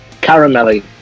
caramelly